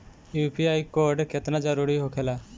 UPI code केतना जरुरी होखेला?